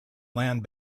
land